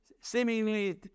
seemingly